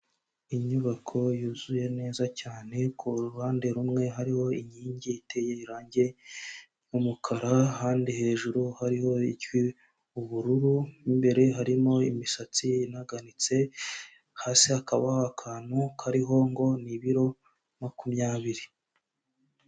Inyubako yuzuye neza cyane ku ruhande rumwe hariho inkingi iteye irangi nk'umukara, ahandi hejuru hariho ubururu, imbere harimo imisatsi inaganitse, hasi hakabaho akantu kariho ngo ni ibiro makumyabiri.